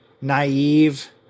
naive